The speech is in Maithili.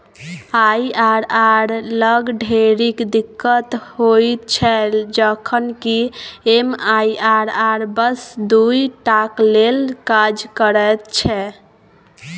आई.आर.आर लग ढेरिक दिक्कत होइत छै जखन कि एम.आई.आर.आर बस दुइ टाक लेल काज करैत छै